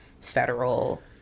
federal